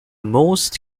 most